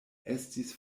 estis